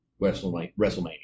WrestleMania